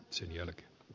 sen jälkeen ne